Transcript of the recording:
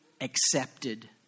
accepted